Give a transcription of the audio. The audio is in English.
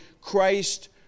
Christ